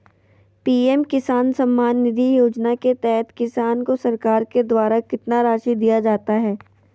PM Kisan Samman Nidhi योजना के तहत किसान को सरकार के द्वारा कितना रासि दिया जाता है?